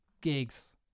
Gigs